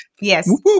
Yes